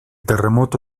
terremoto